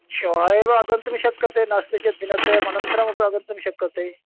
श्वः एव आगन्तुं शक्यते नास्ति चेत् दिनद्वयम् अनन्तरमपि आगन्तुं शक्यते